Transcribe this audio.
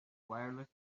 wireless